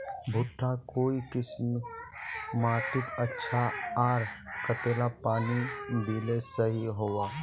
भुट्टा काई किसम माटित अच्छा, आर कतेला पानी दिले सही होवा?